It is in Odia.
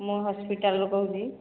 ମୁଁ ହସ୍ପିଟାଲ୍ରୁ କହୁଛି